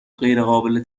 غیرقابل